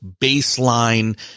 baseline